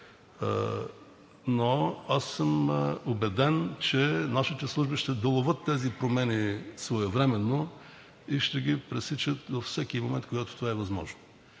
но аз съм убеден, че нашите служби ще доловят тези промени своевременно и ще ги пресичат във всеки момент, когато това е възможно.